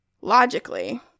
logically